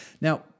Now